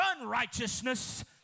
unrighteousness